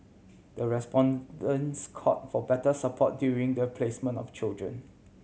the respondents called for better support during the placement of children